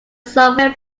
software